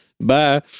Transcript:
Bye